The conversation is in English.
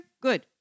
good